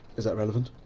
is that relevant?